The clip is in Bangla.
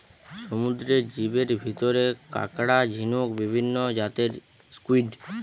সমুদ্রের জীবের ভিতরে কাকড়া, ঝিনুক, বিভিন্ন জাতের স্কুইড,